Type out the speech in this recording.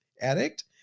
addict